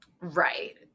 Right